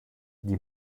die